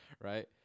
right